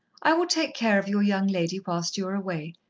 i will take care of your young lady whilst you are away.